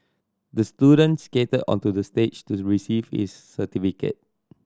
the student skated onto the stage to the receive his certificate